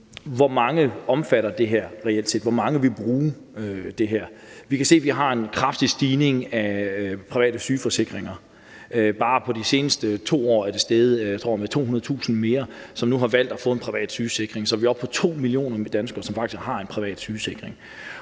hvor mange det her reelt set omfatter, altså hvor mange der vil bruge det her. Vi kan se, vi har en kraftig stigning i antallet af private sygeforsikringer. Bare på de seneste 2 år, tror jeg, at det er steget med 200.000 flere, som nu har valgt at få en privat sygeforsikring, så vi er oppe på 2 millioner danskere, som faktisk har en privat sygeforsikring.